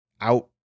out